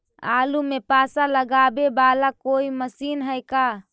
आलू मे पासा लगाबे बाला कोइ मशीन है का?